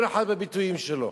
כל אחד והביטויים שלו.